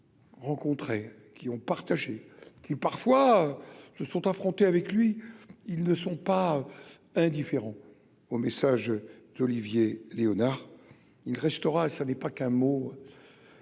rencontré, qui ont partagé qui parfois se sont affrontés avec lui, ils ne sont pas indifférents au message d'Olivier Léonard il restera, ça n'est pas qu'un mot